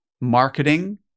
marketing